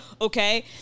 Okay